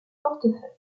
portefeuille